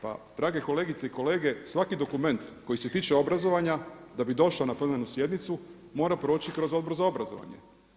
Pa drage kolegice i kolege, svaki dokument koji ste tiče obrazovanja da bi došao na plenarnu sjednicu mora proći kroz Odbor za obrazovanje.